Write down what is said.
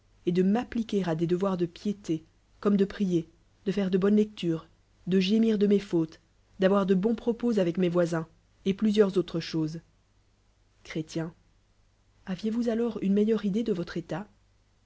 et de m'appliquer des devoirs de piété comme de prier de faire de bonnea lectures de gémir de mes fautes d'avoir de bous propos avec mes voisins et plusieurs autres choses cler él aviez-vous alors une meilleure idée de votre état